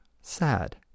sad